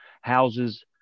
houses